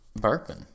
Burping